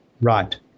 Right